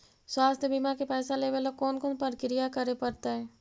स्वास्थी बिमा के पैसा लेबे ल कोन कोन परकिया करे पड़तै?